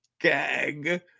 Gag